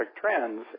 trends